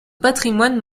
patrimoine